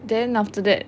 then after that